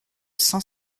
cinq